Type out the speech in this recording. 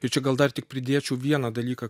ir čia gal dar tik pridėčiau vieną dalyką